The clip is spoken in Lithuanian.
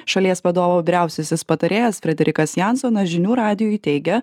šalies vadovo vyriausiasis patarėjas frederikas jansonas žinių radijui teigia